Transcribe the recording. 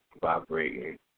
vibrating